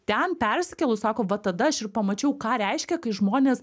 ten persikėlus sako va tada aš ir pamačiau ką reiškia kai žmonės